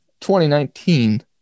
2019